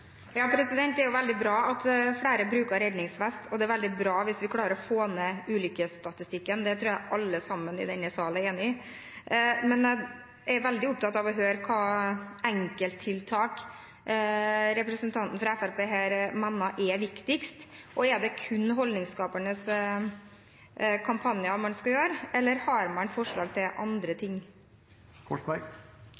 Det er veldig bra at flere bruker redningsvest, og det er veldig bra hvis vi klarer å få ned ulykkesstatistikken. Det tror jeg alle sammen i denne salen er enig i. Men jeg er veldig opptatt av å høre hvilke enkelttiltak representanten fra Fremskrittspartiet mener er viktigst. Er det kun holdningsskapende kampanjer man skal ha, eller har man forslag til andre